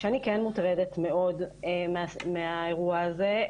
שאני כן מוטרדת מאוד מהאירוע הזה,